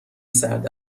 سرد